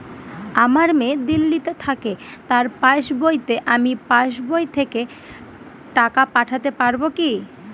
আমার মেয়ে দিল্লীতে থাকে তার পাসবইতে আমি পাসবই থেকে টাকা পাঠাতে পারব কি?